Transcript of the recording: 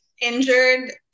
injured